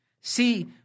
See